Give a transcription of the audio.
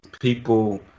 people